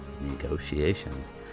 negotiations